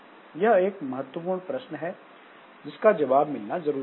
यह एक महत्वपूर्ण प्रश्न है जिसका जवाब मिलना जरूरी है